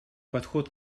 подход